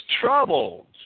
troubled